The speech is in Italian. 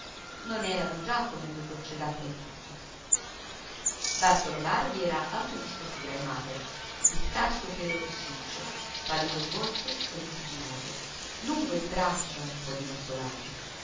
non erano già come due gocce d'acqua in tutto bartolo barbi era alto di statura e magro di scarso pelo rossiccio pallido in volto e lentigginoso lungo di braccia un po dinoccolato